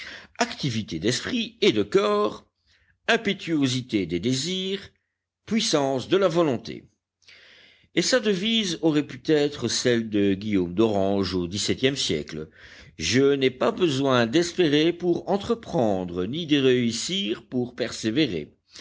activité d'esprit et de corps impétuosité des désirs puissance de la volonté et sa devise aurait pu être celle de guillaume d'orange au xviie siècle je n'ai pas besoin d'espérer pour entreprendre ni de réussir pour persévérer